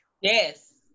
Yes